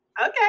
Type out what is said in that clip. okay